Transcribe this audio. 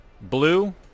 blue